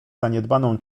zaniedbaną